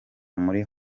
muri